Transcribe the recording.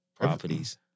properties